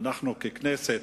אנחנו ככנסת,